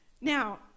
Now